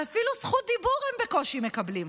ואפילו זכות דיבור הם בקושי מקבלים.